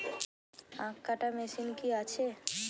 আখ কাটা মেশিন কি আছে?